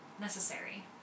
necessary